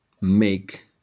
make